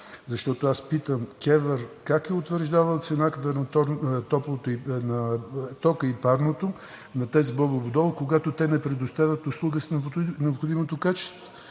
Защото аз питам КЕВР как е утвърждавал цена на тока и парното на ТЕЦ „Бобов дол“, когато те не предоставят услуга с необходимото качество?